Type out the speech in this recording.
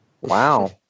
Wow